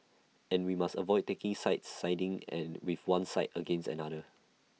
and we must avoid taking sides siding and with one side against another